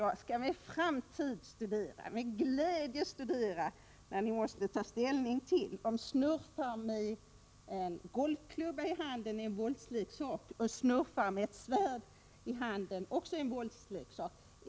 Jag skall i en framtid med glädje studera vad ni kommer fram till när ni måste ta ställning till om både smurfar med en golfklubba i handen och smurfar med ett svärd i handen är våldsleksaker.